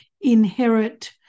inherit